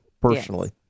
personally